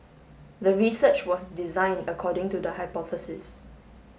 the research was designed according to the hypothesis